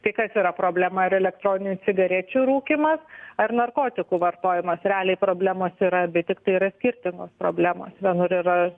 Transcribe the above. tai kas yra problema ar elektroninių cigarečių rūkymas ar narkotikų vartojimas realiai problemos yra abi tiktai yra skirtingos problemos vienur yra